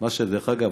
מה שדרך אגב,